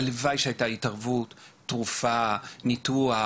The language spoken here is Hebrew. הלוואי שהיה טיפול, תרופות, משהו.